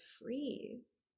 freeze